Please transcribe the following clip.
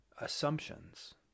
assumptions